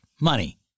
Money